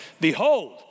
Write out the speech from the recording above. behold